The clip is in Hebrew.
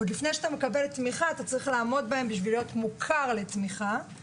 עוד לפני שמקבלים תמיכה צריך לעמוד בהן כדי להיות מוכר לתמיכה: